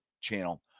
channel